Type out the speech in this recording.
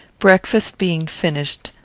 breakfast being finished,